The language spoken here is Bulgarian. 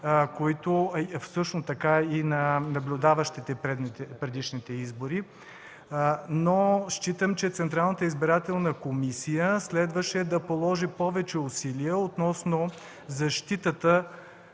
също така и на наблюдаващите предишните избори. Но считам, че Централната избирателна комисия следваше да положи повече усилия относно защитата